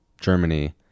germany